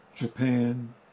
Japan